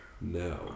No